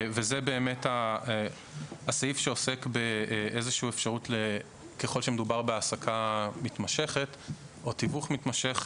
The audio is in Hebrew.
זה הסעיף שעוסק באיזושהי אפשרות כשמדובר בהעסקה מתמשכת או בתיווך מתמשך,